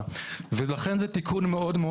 שלחוק צריך להיות שיניים.